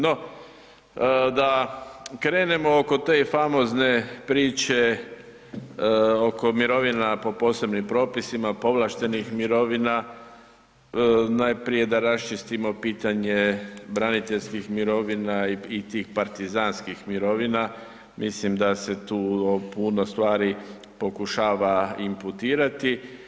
No, da krenemo oko te famozne priče oko mirovina po posebnim propisima, povlaštenih mirovina najprije da raščistimo pitanje braniteljskih mirovina i tih partizanskih mirovina, mislim da se to o puno stvari pokušava imputirati.